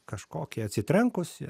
kažkokį atsitrenkusį